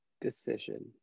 decision